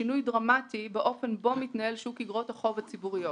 שינוי דרמטי באופן בו מתנהל שוק אגרות החוב הציבוריות.